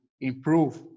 improve